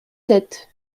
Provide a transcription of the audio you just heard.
sept